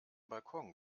balkon